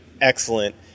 excellent